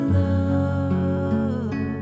love